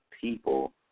people